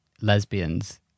lesbians